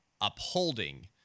upholding